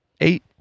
eight